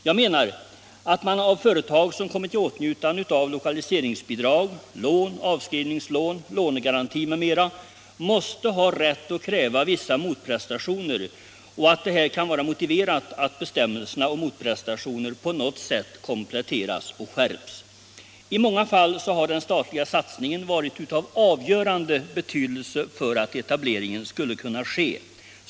Jag menar att man av företag som kommit i åtnjutande av lokaliseringsbidrag, lån, avskrivningslån, lånegaranti m.m. måste ha rätt att kräva vissa motprestationer och att det här kan vara motiverat att bestämmelserna om motprestationer på något sätt kompletteras och skärps. I många fall har den statliga satsningen varit av avgörande betydelse för att ctableringen skulle kunna ske.